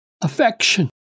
affection